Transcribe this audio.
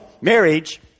Marriage